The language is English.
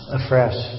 afresh